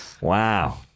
Wow